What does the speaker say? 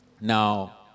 Now